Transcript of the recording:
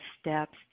steps